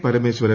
Parameswaran